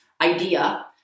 idea